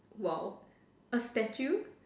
!wow! a statue